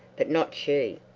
but not she.